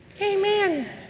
Amen